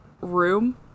room